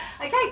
Okay